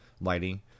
lighting